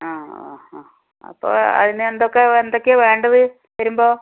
ആ ആ ആ അപ്പം അതിന് എന്തൊക്കെ എന്തൊക്കെയാണ് വേണ്ടത് വരുമ്പം